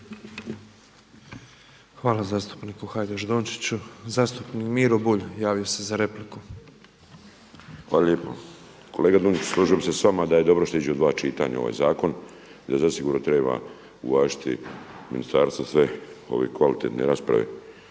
Hvala zastupniku Hajdaš Dončiću. Zastupnik Miro Bulj javio se za repliku. **Bulj, Miro (MOST)** Hvala lijepo. Kolega Dončić, složio bih se s vama da je dobro što iđe u dva čitanja ovaj zakon jer zasigurno treba uvažiti ministarstvo i sve ove kvalitetne rasprave.